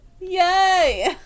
yay